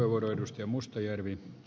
arvoisa puhemies